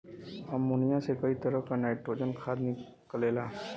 ammonia से कई तरह क नाइट्रोजन खाद निकलेला